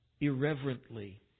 irreverently